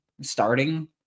starting